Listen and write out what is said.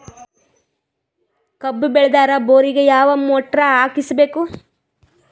ಕಬ್ಬು ಬೇಳದರ್ ಬೋರಿಗ ಯಾವ ಮೋಟ್ರ ಹಾಕಿಸಬೇಕು?